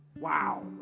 Wow